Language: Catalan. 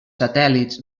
satèl·lits